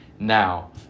now